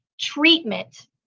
treatment